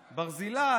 ברזילי,